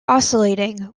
oscillating